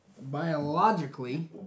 Biologically